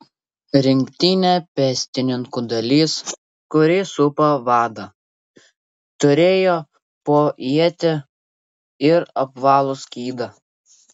rinktinė pėstininkų dalis kuri supa vadą turėjo po ietį ir apvalų skydą